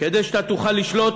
כדי שאתה תוכל לשלוט,